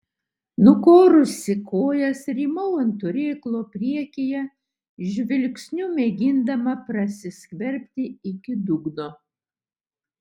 nukorusi kojas rymau ant turėklo priekyje žvilgsniu mėgindama prasiskverbti iki dugno